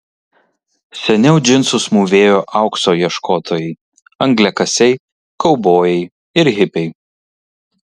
seniau džinsus mūvėjo aukso ieškotojai angliakasiai kaubojai ir hipiai